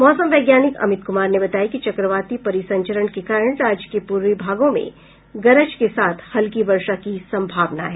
मौसम वैज्ञानिक अमित कुमार ने बताया कि चक्रवाती परिसंचरण के कारण राज्य के पूर्वी भागों में गरज के साथ हल्की वर्षा की संभावना है